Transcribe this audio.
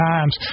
Times